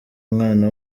umwana